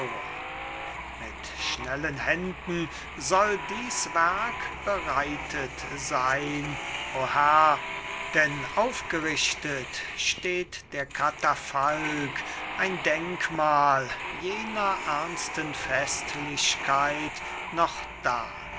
mit schnellen händen soll dies werk bereitet sein o herr denn aufgerichtet steht der katafalk ein denkmal jener ernsten festlichkeit noch da